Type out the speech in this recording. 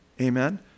Amen